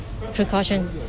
precaution